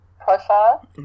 profile